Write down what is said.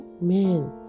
man